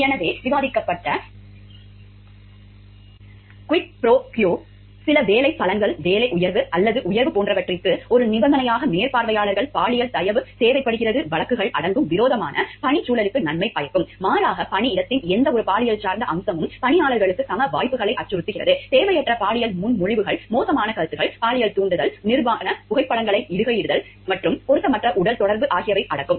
எனவே விவாதிக்கப்பட்ட quid pro க்வோவில் சில வேலைப் பலன்கள் வேலை உயர்வு அல்லது உயர்வு போன்றவற்றிற்கு ஒரு நிபந்தனையாக மேற்பார்வையாளர்கள் பாலியல் தயவு தேவைப்படுகிற வழக்குகள் அடங்கும் விரோதமான பணிச்சூழலுக்கு நன்மை பயக்கும் மாறாக பணியிடத்தின் எந்தவொரு பாலியல் சார்ந்த அம்சமும் பணியாளர்களுக்கு சம வாய்ப்புகளை அச்சுறுத்துகிறது தேவையற்ற பாலியல் முன்மொழிவுகள் மோசமான கருத்துக்கள் பாலியல் தூண்டுதல் நிர்வாண புகைப்படங்களை இடுகையிடுதல் மற்றும் பொருத்தமற்ற உடல் தொடர்பு ஆகியவை அடங்கும்